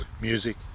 music